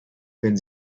wenn